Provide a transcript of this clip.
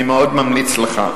אני מאוד ממליץ לך: